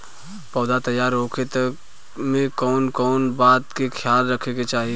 पौधा तैयार होखे तक मे कउन कउन बात के ख्याल रखे के चाही?